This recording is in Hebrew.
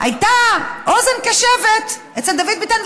הייתה אוזן קשבת אצל דוד ביטן.